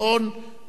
ואחריו,